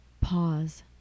pause